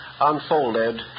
unfolded